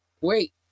Wait